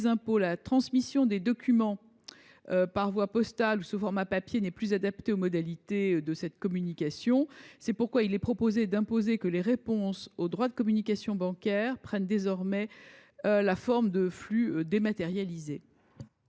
impôts. La transmission des documents par voie postale et sous format papier n’est plus adaptée aux modalités de communication actuelles. C’est pourquoi cet amendement vise à imposer que les réponses au droit de communication bancaire prennent désormais la forme de flux dématérialisés.